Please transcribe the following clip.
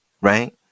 right